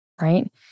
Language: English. Right